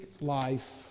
life